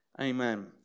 Amen